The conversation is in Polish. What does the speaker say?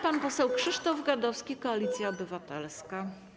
Pan poseł Krzysztof Gadowski, Koalicja Obywatelska.